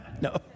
No